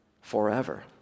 forever